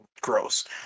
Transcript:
gross